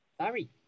sorry